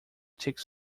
take